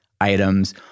items